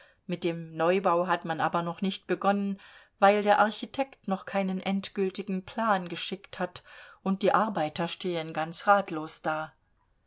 mit dem neubau hat man aber noch nicht begonnen weil der architekt noch keinen endgültigen plan geschickt hat und die arbeiter stehen ganz ratlos da